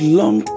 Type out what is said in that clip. long